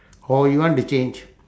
or you want to change